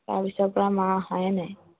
তাৰপিছৰ পৰা মা আহায়ে নাই